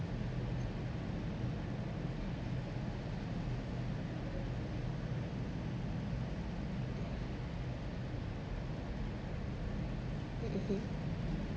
mmhmm